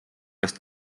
eest